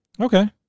Okay